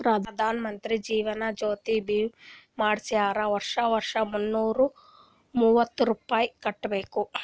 ಪ್ರಧಾನ್ ಮಂತ್ರಿ ಜೀವನ್ ಜ್ಯೋತಿ ಭೀಮಾ ಮಾಡ್ಸುರ್ ವರ್ಷಾ ವರ್ಷಾ ಮುನ್ನೂರ ಮೂವತ್ತ ರುಪಾಯಿ ಕಟ್ಬಬೇಕ್